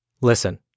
Listen